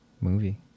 movie